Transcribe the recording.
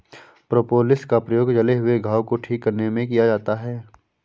propolis का प्रयोग जले हुए घाव को ठीक करने में किया जाता है